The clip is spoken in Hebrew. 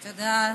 תודה.